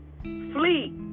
Flee